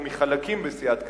או מחלקים בסיעת קדימה,